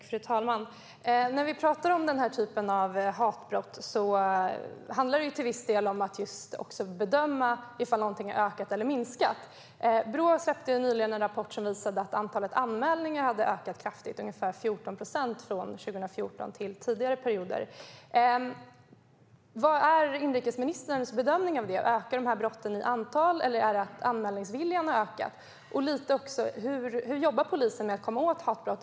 Fru talman! När det gäller den här typen av hatbrott handlar det till viss del om att bedöma ifall de har ökat eller minskat. Brå släppte nyligen en rapport som visade att antalet anmälningar hade ökat kraftigt, med ungefär 14 procent jämfört med tidigare perioder. Vad är inrikesministerns bedömning? Ökar de här brotten i antal, eller är det anmälningsviljan som har ökat? Hur jobbar polisen med att komma åt hatbrott?